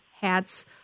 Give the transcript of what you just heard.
hats